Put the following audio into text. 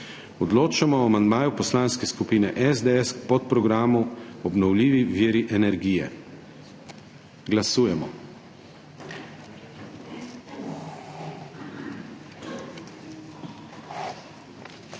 Odločamo o amandmaju Poslanske skupine SDS k podprogramu Obnovljivi viri energije. Glasujemo.